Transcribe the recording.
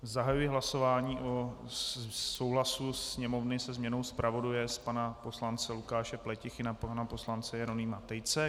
Zahajuji hlasování o souhlasu Sněmovny se změnou zpravodaje z pana poslance Lukáše Pletichy na pana poslance Jeronýma Tejce.